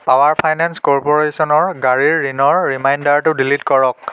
power finance কৰ্প'ৰেশ্যনৰ গাড়ীৰ ঋণৰ ৰিমাইণ্ডাৰটো ডিলিট কৰক